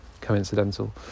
coincidental